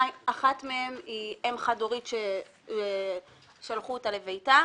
אחת מהן היא אם חד הורית ששלחו אותה לביתה